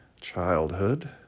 childhood